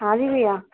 ہاں جی بھیا